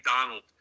donald